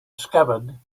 scabbard